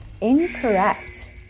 incorrect